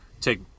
take